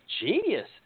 genius